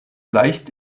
leicht